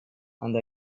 and